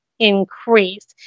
increase